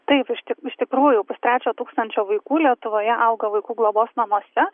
taip iš t iš tikrųjų pustrečio tūkstančio vaikų lietuvoje auga vaikų globos namuose